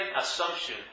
assumption